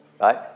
right